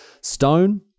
Stone